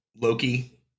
Loki